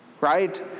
right